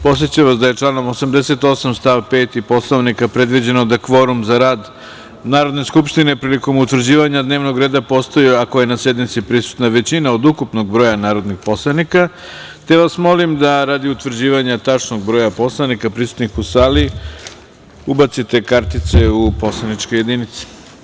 Podsećam vas da je članom 88. stav 5. Poslovnika, predviđeno da kvorum za rad Narodne skupštine prilikom utvrđivanja dnevnog reda postoje ako je na sednici prisutna većina od ukupnog broja narodnih poslanika, te vas molim da radi utvrđivanja tačnog broja poslanika prisutnih u sali ubacite kartice u poslaničke jedinice.